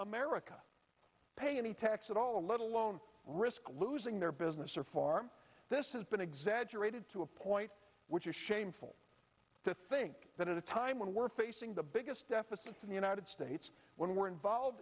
america pay any tax at all let alone risk losing their business or farm this has been exaggerated to a point which is shameful to think that at a time when we're facing the biggest deficit in the united states when we're involved